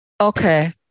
Okay